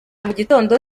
mugitondo